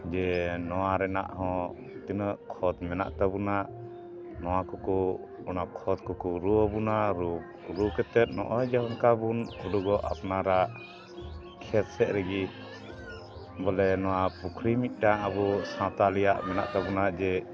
ᱡᱮ ᱱᱚᱣᱟ ᱨᱮᱱᱟᱜ ᱦᱚᱸ ᱛᱤᱱᱟᱹᱜ ᱠᱷᱚᱛ ᱢᱮᱱᱟᱜ ᱛᱟᱵᱚᱱᱟ ᱱᱚᱣᱟ ᱠᱚᱠᱚ ᱚᱱᱟ ᱠᱷᱚᱛ ᱠᱚᱠᱚ ᱨᱩ ᱟᱵᱚᱱᱟ ᱨᱩ ᱨᱩ ᱠᱟᱛᱮᱫ ᱱᱚᱜᱼᱚᱭ ᱡᱮ ᱚᱱᱠᱟ ᱵᱚᱱ ᱨᱩ ᱵᱚᱱ ᱟᱯᱱᱟᱨᱟᱜ ᱠᱷᱮᱛ ᱥᱮᱫ ᱨᱮᱜᱮ ᱵᱚᱞᱮ ᱱᱚᱣᱟ ᱯᱩᱠᱷᱨᱤ ᱢᱤᱫᱴᱟᱝ ᱟᱵᱚ ᱥᱟᱶᱛᱟ ᱨᱮᱭᱟᱜ ᱢᱮᱱᱟᱜ ᱛᱟᱵᱚᱱᱟ ᱡᱮ